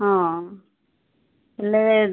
ହଁ ହେଲେ